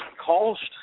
cost